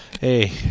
Hey